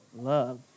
love